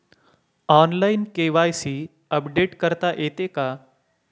Online KYC update करता येते का?